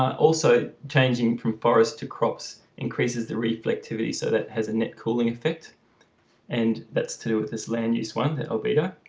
also changing from forests to crops increases the reflectivity so that has a net cooling effect and that's to do with this land use one, that albedo